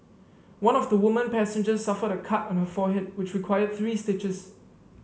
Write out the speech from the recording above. one of the woman passengers suffered a cut on her forehead which required three stitches